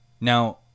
now